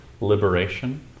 liberation